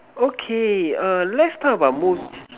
okay err let's talk about mood